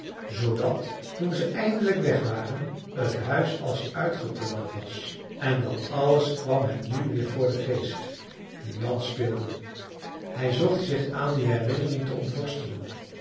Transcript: geven zoodat toen ze eindelijk weg waren het huis als uitgeplunderd was en dat alles kwam hem nu weer voor den geest nu jan speelde hij zocht zich aan die herinnering te ontworstelen